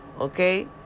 Okay